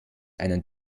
einen